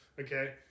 Okay